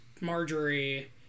Marjorie